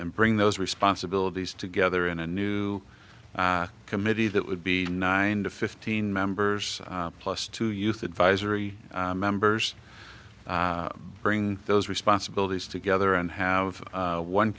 and bring those responsibilities together in a new committee that would be nine to fifteen members plus two youth advisory members bring those responsibilities together and have one